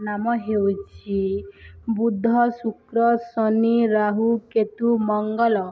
ନାମ ହେଉଛି ବୁଦ୍ଧ ଶୁକ୍ର ଶନି ରାହୁ କେତୁ ମଙ୍ଗଳ